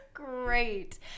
great